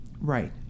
right